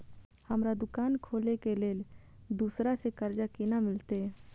हमरा दुकान खोले के लेल दूसरा से कर्जा केना मिलते?